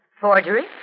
Forgery